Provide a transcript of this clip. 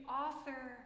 author